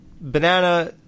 banana